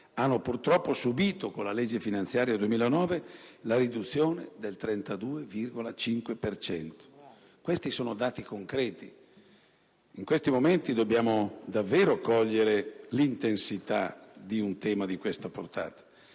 hanno purtroppo subito con la legge finanziaria 2009 una riduzione del 32,5 per cento - questi sono dati concreti, e in questi momenti dobbiamo davvero cogliere l'intensità di un tema di questa portata